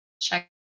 Check